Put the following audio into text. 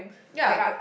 ya